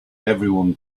everyone